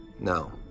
No